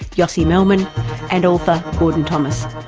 yossi melman and author gordon thomas.